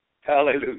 Hallelujah